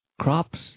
crops